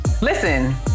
Listen